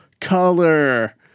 color